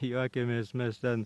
juokėmės mes ten